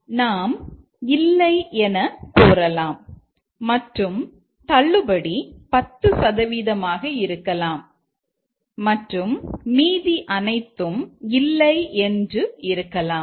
நாம் இல்லை என கூறலாம் மற்றும் தள்ளுபடி 10 சதவீதமாக இருக்கலாம் மற்றும் மீதி அனைத்தும் இல்லை என்று இருக்கலாம்